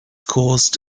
caused